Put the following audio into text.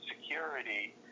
security